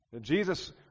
Jesus